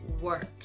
work